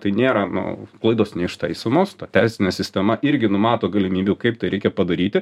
tai nėra nu klaidos neištaisomos ta teisinė sistema irgi numato galimybių kaip tai reikia padaryti